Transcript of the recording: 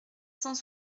cent